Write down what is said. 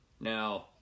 Now